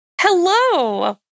Hello